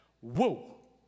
Whoa